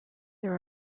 there